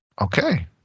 Okay